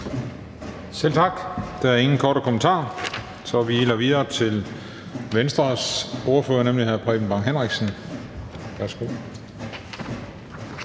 Selv tak. Der er ingen korte bemærkninger, så vi iler videre til Venstres ordfører, nemlig hr. Preben Bang Henriksen.